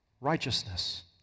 righteousness